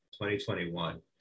2021